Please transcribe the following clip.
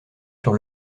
sur